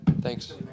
Thanks